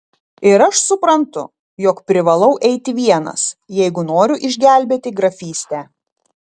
ir aš suprantu jog privalau eiti vienas jeigu noriu išgelbėti grafystę